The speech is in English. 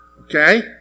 okay